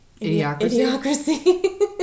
Idiocracy